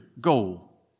goal